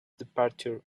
departure